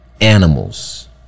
animals